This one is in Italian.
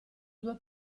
due